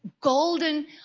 golden